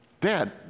Dad